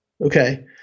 Okay